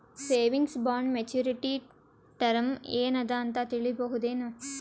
Savings bond maturity term ಏನ ಅದ ಅಂತ ತಿಳಸಬಹುದೇನು?